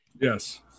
Yes